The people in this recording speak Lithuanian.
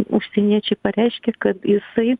užsieniečiai pareiškė kad jisai